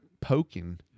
poking